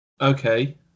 Okay